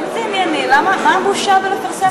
אם זה ענייני, מה הבושה בפרסום הדיון?